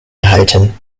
erhalten